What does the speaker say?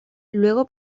luego